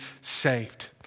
saved